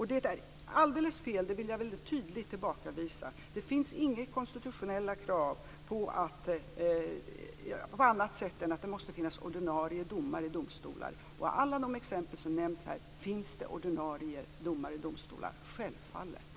Jag vill väldigt tydligt tillbakavisa att det skulle existera några andra konstitutionella krav än att det skall finnas en ordinarie domare i en domstol. I alla de fall som här har nämnts som exempel finns det självfallet en ordinarie domare i domstolen.